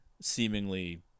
seemingly